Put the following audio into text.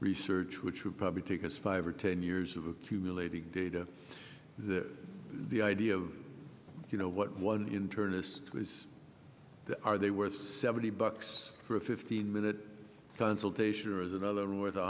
research which will probably take us five or ten years of accumulating data the idea of you know what one of the internist was are they worth seventy bucks for a fifteen minute consultation or is another room with a